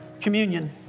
communion